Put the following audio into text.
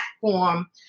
platform